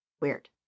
weird